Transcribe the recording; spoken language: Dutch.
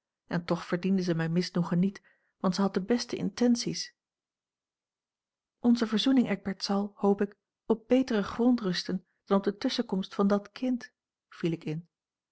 en toch verdiende zij mijn misnoegen niet want zij had de beste intenties onze verzoening eckbert zal hoop ik op beteren grond rusten dan op de tusschenkomst van dat kind viel ik in